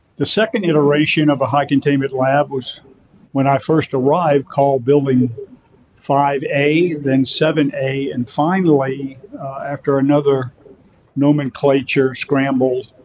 the second iteration of a high containment lab was when i first arrived called building five a, and then seven a, and finally after another nomenclature scramble,